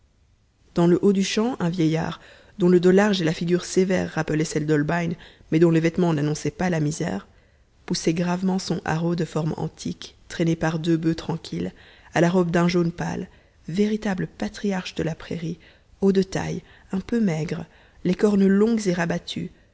dans le haut du champ un vieillard dont le dos large et la figure sévère rappelaient celui d'holbein mais dont les vêtements n'annonçaient pas la misère poussait gravement son areau de forme antique traîné par deux bufs tranquilles à la robe d'un jaune pâle véritables patriarches de la prairie hauts de taille un peu maigres les cornes longues et rabattues